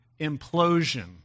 implosion